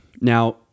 Now